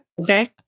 Okay